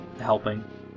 helping